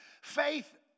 faith